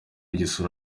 igisura